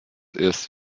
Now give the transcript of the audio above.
erst